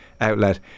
outlet